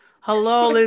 Hello